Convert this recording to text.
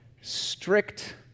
Strict